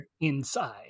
inside